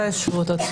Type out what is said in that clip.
שבות.